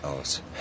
aus